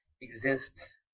exist